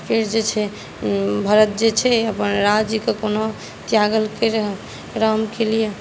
फेर जे छै भरत जे छै अपन राज्यकेँ कोना त्यागलकै रहए रामके लिए